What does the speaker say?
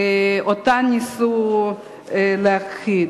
ואותה ניסו להכחיד.